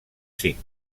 cinc